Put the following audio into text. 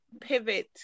pivot